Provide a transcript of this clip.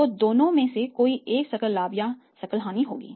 तो दोनों में से कोई एक सकल लाभ या सकल हानि होगी